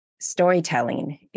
storytelling